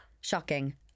Shocking